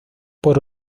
por